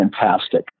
fantastic